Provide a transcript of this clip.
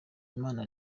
imana